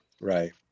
Right